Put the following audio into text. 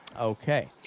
Okay